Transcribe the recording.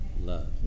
Love